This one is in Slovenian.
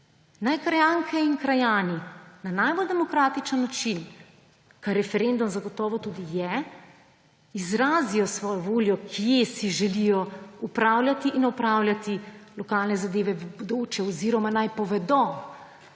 Naj krajanke in krajani na najbolj demokratičen način, kar referendum zagotovo tudi je, izrazijo svojo voljo, kje si želijo upravljati in opravljati lokalne zadeve v bodoče, oziroma naj povedo